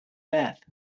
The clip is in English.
beth